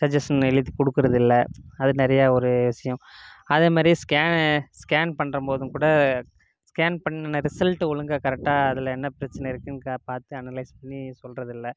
suggestion எழுதி கொடுக்கறதில்ல அது நிறையா ஒரு விஷியம் அதே மாதிரி ஸ்கேனு ஸ்கேன் பண்ணுறம்போதும் கூட ஸ்கேன் பண்ணுன ரிசல்ட்டு ஒழுங்காக கரெக்டாக அதில் என்ன பிரச்சனை இருக்குதுன்னு கா பார்த்து அனலைஸ் பண்ணி சொல்கிறதில்ல